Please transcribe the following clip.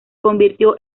convirtió